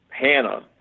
Hannah